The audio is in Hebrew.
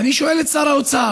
ואני שואל את שר האוצר,